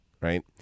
right